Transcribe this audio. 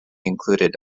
included